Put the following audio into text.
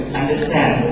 understand